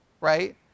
right